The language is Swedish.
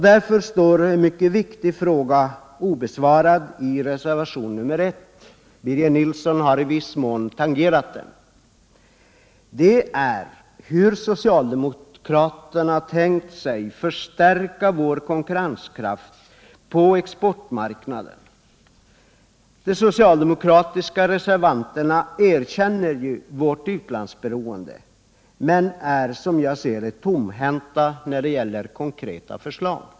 Därför står en mycket viktig fråga obesvarad i reservationen 1. Birger Nilsson har i viss mån tangerat den. Det är hur socialdemokraterna tänkt sig att förstärka vår konkurrenskraft på exportmarknaden. De socialdemokratiska reservanterna erkänner ju vårt utlandsberoende men är, som jag ser det, tomhänta när det gäller konkreta förslag.